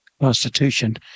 constitution